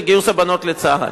לגיוס הבנות לצה"ל.